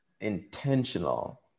intentional